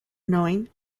knowing